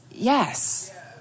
Yes